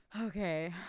Okay